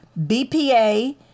bpa